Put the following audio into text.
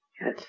Yes